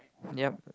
yup